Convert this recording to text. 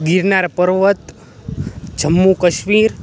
ગિરનાર પર્વત જમ્મુ કશ્મીર